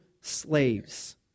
slaves